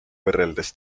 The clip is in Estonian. võrreldes